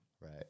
Right